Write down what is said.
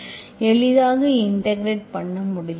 எளிதாக இன்டெகிரெட் பண்ண முடியும்